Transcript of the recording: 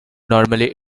normally